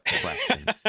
questions